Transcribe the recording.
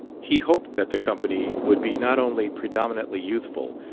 he hoped that the company would be not only predominantly youthful,